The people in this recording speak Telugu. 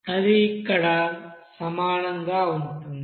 అది ఇక్కడ సమానంగా ఉంటుంది